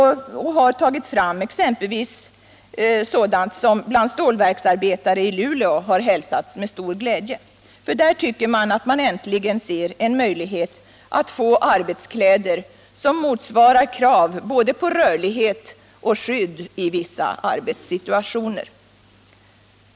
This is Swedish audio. Man har tagit fram exempelvis sådana arbetskläder som stålverksarbetare i Luleå hälsat med stor glädje. De tycker sig äntligen se en möjlighet att få arbetskläder som motsvarar krav på både rörlighet och skydd i vissa arbetssituationer.